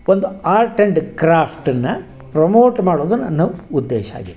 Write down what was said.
ಒಂದು art and ಕ್ರಾಫ್ಟ್ನ್ನು promote ಮಾಡೋದು ನನ್ನ ಉದ್ದೇಶ ಆಗಿತ್ತು